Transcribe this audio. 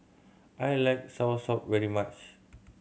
I like soursop very much